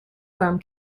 from